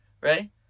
right